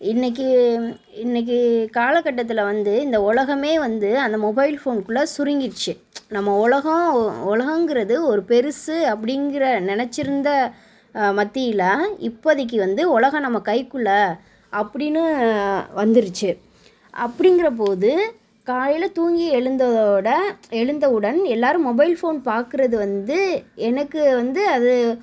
இன்றைக்கி இன்றைக்கி காலகட்டத்தில் வந்து இந்த உலகமே வந்து அந்த மொபைல் ஃபோன்க்குள்ளே சுருங்கிருச்சு நம்ம உலகோம் உலகோங்குறது ஒரு பெருசு அப்படிங்குற நினச்சுருந்த மத்தியில் இப்போதிக்கி வந்து உலகோம் நம்ம கைக்குள்ளே அப்படின்னு வந்துருச்சு அப்படிங்குற போது காலையில் தூங்கி எழுததோட எழுந்தவுடன் எல்லோரும் மொபைல் ஃபோன் பார்க்கறது வந்து எனக்கு வந்து அது